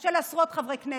של עשרות חברי כנסת,